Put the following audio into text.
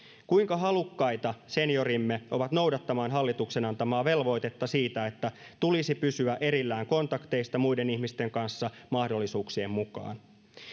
kuinka halukkaita seniorimme ovat noudattamaan hallituksen antamaa velvoitetta siitä että tulisi pysyä erillään kontakteista muiden ihmisten kanssa mahdollisuuksien mukaan